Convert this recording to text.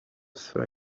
swe